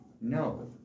no